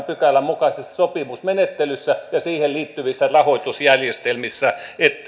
pykälän mukaisessa sopimusmenettelyssä ja siihen liittyvissä rahoitusjärjestelmissä niin